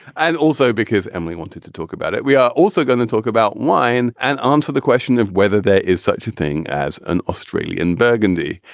and also because emily wanted to talk about it. we are also going to talk about wine and um answer the question of whether there is such a thing as an australian burgundy.